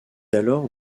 alors